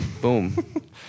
Boom